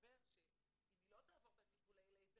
מסתבר שאם היא לא תעבור את הטיפולי לייזר